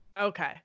Okay